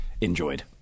Enjoyed